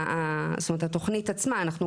עכשיו,